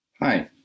Hi